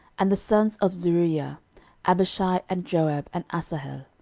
and the sons of zeruiah abishai, and joab, and asahel,